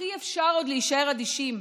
אך אי-אפשר עוד להישאר אדישים.